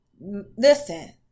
listen